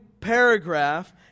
paragraph